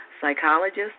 psychologist